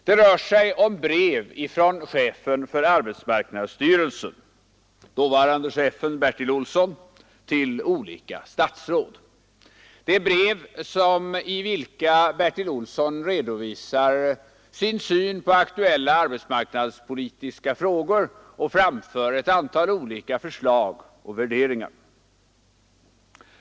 Det rör sig om brev från dåvarande chefen för arbetsmarknadsstyrelsen Bertil Olsson till olika statsråd. Det är brev i vilka Bertil Olsson redovisar sin syn på aktuella arbetsmarknadspolitiska frågor och framför ett antal olika förslag och värderingar.